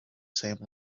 same